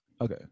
Okay